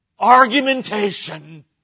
argumentation